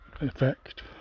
effect